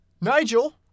Nigel